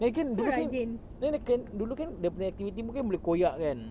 then kan dulu kan then dia kan dulu kan dia punya activity book kan boleh koyak kan